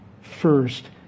first